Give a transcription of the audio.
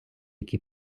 які